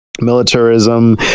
Militarism